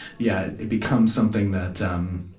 yeah, it becomes something that, um,